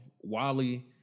Wally